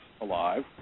alive